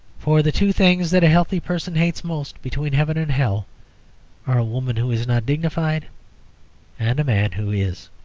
for the two things that a healthy person hates most between heaven and hell are a woman who is not dignified and a man who is.